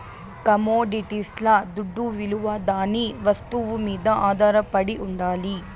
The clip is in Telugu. కమొడిటీస్ల దుడ్డవిలువ దాని వస్తువు మీద ఆధారపడి ఉండాలి